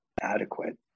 adequate